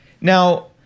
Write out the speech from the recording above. Now